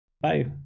Bye